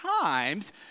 times